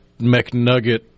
McNugget